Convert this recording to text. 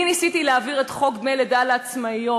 אני ניסיתי להעביר את חוק דמי לידה לעצמאיות,